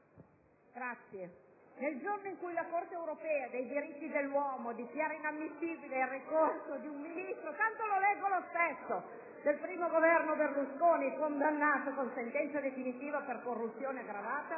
così. Nel giorno in cui la Corte europea dei diritti dell'uomo dichiara inammissibile il ricorso di un Ministro del I Governo Berlusconi, condannato con sentenza definitiva per corruzione aggravata,